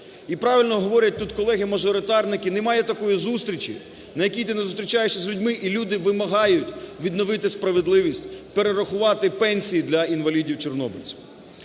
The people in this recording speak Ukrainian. І правильно говорять тут колеги-мажоритарники, немає такої зустрічі, на якій ти зустрічаєшся з людьми, і люди вимагають відновити справедливість, перерахувати пенсії для інвалідів-чорнобильців.